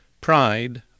Pride